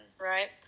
right